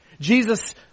Jesus